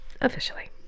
officially